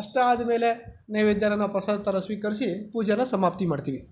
ಅಷ್ಟಾದ ಮೇಲೆ ನೈವೇದ್ಯನ ನಾವು ಪ್ರಸಾದದ ಥರ ಸ್ವೀಕರಿಸಿ ಪೂಜೆನ ಸಮಾಪ್ತಿ ಮಾಡ್ತೀವಿ